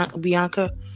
Bianca